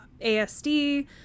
ASD